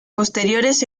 posteriores